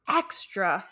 extra